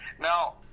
Now